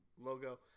logo